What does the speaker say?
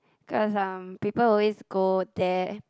cause um people always go there